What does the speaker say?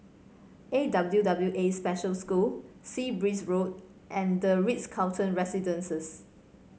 A W W A Special School Sea Breeze Road and the Ritz Carlton Residences